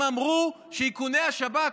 הם אמרו שאיכוני השב"כ,